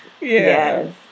Yes